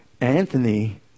Anthony